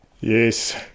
Yes